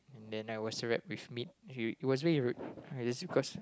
and I was wrapped with meat it it was rude but that's cause